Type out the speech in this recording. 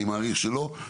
אני מעריך שלא.